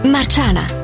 Marciana